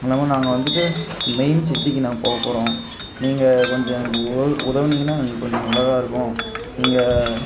இல்லாமல் நாங்கள் வந்துட்டு மெயின் சிட்டிக்கு நான் போகப்போறோம் நீங்கள் கொஞ்சம் எனக்கு உதவி உதவினீங்கன்னால் எங்களுக்கு கொஞ்சம் நல்லதாக இருக்கும் நீங்கள்